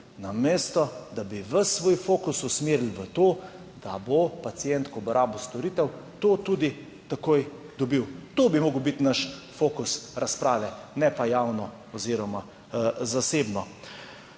namesto da bi ves svoj fokus usmerili v to, da bo pacient, ko bo rabil storitev, to tudi takoj dobil. To bi moral biti naš fokus razprave, ne pa javno oziroma zasebno.